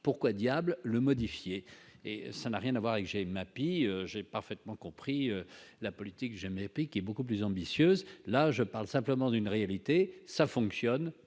pourquoi diable le modifier et ça n'a rien à voir avec j'Mappy j'ai parfaitement compris la politique, j'aime beaucoup plus ambitieuse, là je parle simplement d'une réalité ça fonctionne,